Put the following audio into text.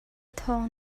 thawng